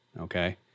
okay